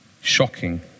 Shocking